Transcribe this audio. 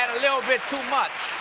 little bit too much!